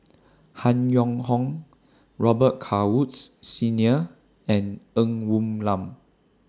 Han Yong Hong Robet Carr Woods Senior and Ng Woon Lam